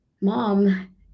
mom